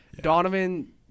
Donovan